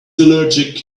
allergic